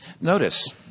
Notice